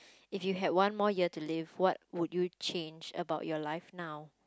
if you had one more year to live what would you change about your life now